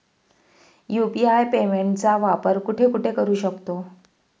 UPI पेमेंटचा वापर कुठे कुठे करू शकतो?